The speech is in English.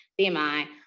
BMI